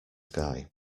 sky